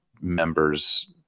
members